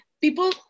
people